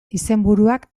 izenburuak